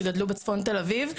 שגדלו בצפון תל אביב,